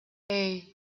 hey